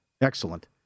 Excellent